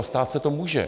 Stát se to může.